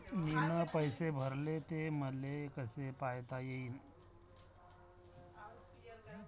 मीन पैसे भरले, ते मले कसे पायता येईन?